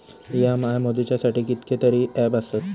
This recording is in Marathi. इ.एम.आय मोजुच्यासाठी कितकेतरी ऍप आसत